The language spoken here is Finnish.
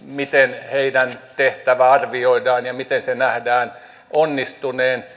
miten heidän tehtävänsä arvioidaan ja miten sen nähdään onnistuneen